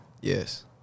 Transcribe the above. Yes